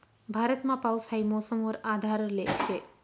भारतमा पाऊस हाई मौसम वर आधारले शे